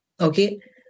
okay